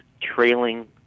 trailing